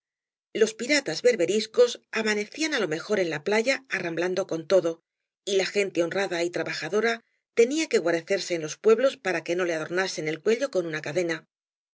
los piratas berberisccs amanecían á lo mejor en la playa arramblando con todo y la gente honrada y trabajadora tenía que guarecerse en los pueblos para que no le adorna sen el cuello con una cadena